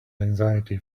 anxiety